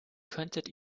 könntet